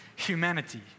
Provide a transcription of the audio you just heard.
humanity